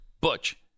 Butch